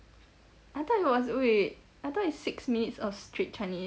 I thought it was wait I thought it's six minutes of straight chinese